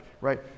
right